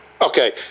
Okay